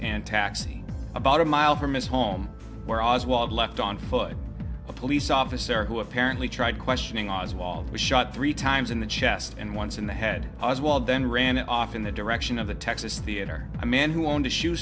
and taxi about a mile from his home where oswald left on foot a police officer who apparently tried questioning oswald was shot three times in the chest and once in the head oswald then ran off in the direction of the texas theater a man who owned a shoe